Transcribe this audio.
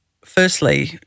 firstly